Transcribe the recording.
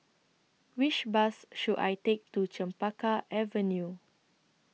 Which Bus should I Take to Chempaka Avenue